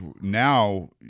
now